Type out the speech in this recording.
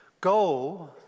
Go